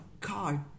God